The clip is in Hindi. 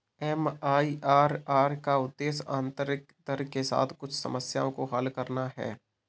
एम.आई.आर.आर का उद्देश्य आंतरिक दर के साथ कुछ समस्याओं को हल करना है